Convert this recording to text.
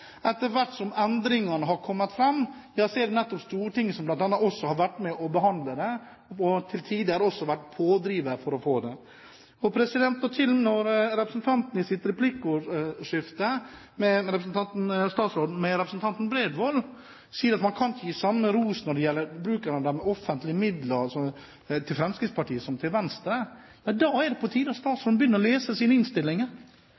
etter hvert som de forskjellige pakkene har blitt presentert, etter hvert som endringene har kommet, er det nettopp Stortinget som har vært med og behandlet det – og til tider også vært pådriver for å få det. Og når statsråden i replikkordskiftet med representanten Bredvold sier at man ikke kan gi samme ros når det gjelder bruken av offentlige midler, til Fremskrittspartiet som til Venstre, ja da er det på